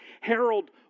Harold